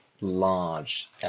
large